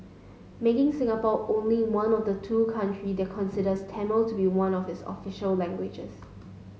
making Singapore only one of the two country that considers Tamil to be one of this official languages